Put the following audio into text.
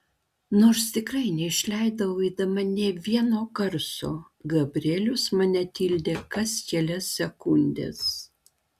nors tikrai neišleidau eidama nė vieno garso gabrielius mane tildė kas kelias sekundes